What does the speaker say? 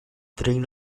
drink